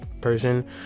person